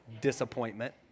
Disappointment